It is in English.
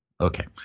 okay